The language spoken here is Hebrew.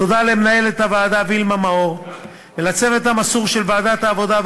תודה למנהלת הוועדה וילמה מאור ולצוות המסור של ועדת העבודה,